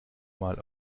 mal